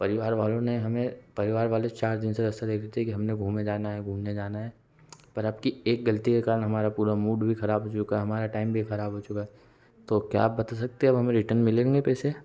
परिवार वालों ने हमें परिवार वाले चार दिन से रहे थे कि हमने घूमने जाना है घूमने जाना है पर आपकी एक गलती के कारण हमारा पूरा मूड भी खराब हो चुका हमारा टैम भी खराब हो चुका तो क्या आप बता सकते अब हमें रिटन मिलेंगे पैसे